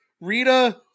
Rita